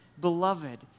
beloved